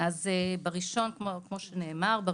כמו שנאמר,